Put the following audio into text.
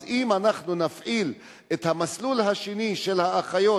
אז אם אנחנו נפעיל את המסלול השני של האחיות,